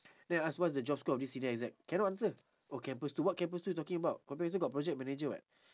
then I ask what's the job scope of this senior exec cannot answer oh campus two what campus two you talking about campus two got project manager [what]